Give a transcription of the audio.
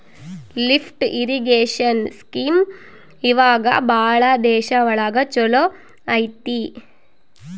lift irrigation scheme ಇವಾಗ ಭಾಳ ದೇಶ ಒಳಗ ಚಾಲೂ ಅಯ್ತಿ